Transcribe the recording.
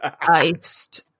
iced